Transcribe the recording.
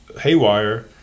haywire